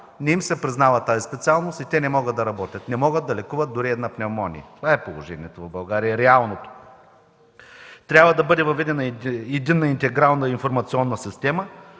не им се признава тази специалност и те не могат да работят, не могат да лекуват дори една пневмония. Това е реалното положение в България. Трябва да бъде въведена Единна интегрална информационна система,